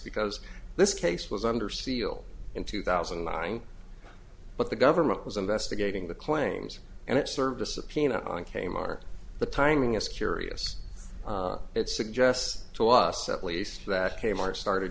because this case was under seal in two thousand and nine but the government was investigating the claims and it served a subpoena on kmart the timing is curious it suggests to us at least that kmart started